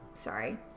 Sorry